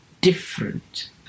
different